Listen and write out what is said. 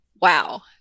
wow